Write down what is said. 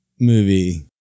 movie